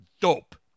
dope